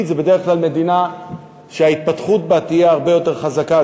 היא בדרך כלל מדינה שההתפתחות בה תהיה הרבה יותר חזקה.